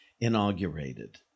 inaugurated